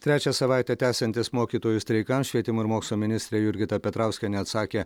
trečią savaitę tęsiantis mokytojų streikams švietimo ir mokslo ministrė jurgita petrauskienė atsakė